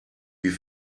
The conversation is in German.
wie